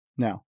Now